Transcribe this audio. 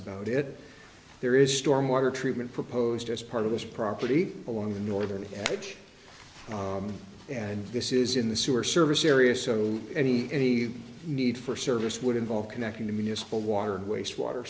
about it there is stormwater treatment proposed as part of this property along the northern edge and this is in the sewer service area so any any need for service would involve connecting the municipal water and waste water